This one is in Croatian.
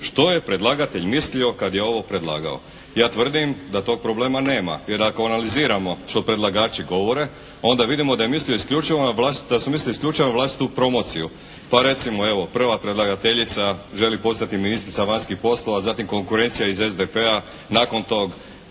što je predlagatelj mislio kad je ovo predlagao. Ja tvrdim da tog problema nema, jer ako analiziramo što predlagači govore, onda vidimo da je mislio isključivo, da su mislili isključivo na vlastitu promociju. Pa recimo evo prva predlagateljica želi postati ministrica vanjskih poslova, zatim konkurencija iz SDP-a, nakon tog